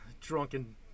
drunken